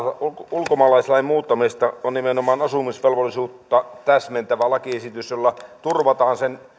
ulkomaalaislain muuttamisesta on nimenomaan asumisvelvollisuutta täsmentävä lakiesitys jolla turvataan sen